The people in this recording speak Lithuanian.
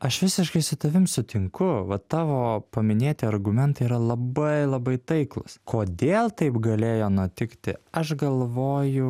aš visiškai su tavim sutinku vat tavo paminėti argumentai yra labai labai taiklūs kodėl taip galėjo nutikti aš galvoju